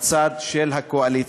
בצד של הקואליציה: